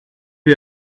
you